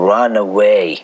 Runaway